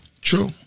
True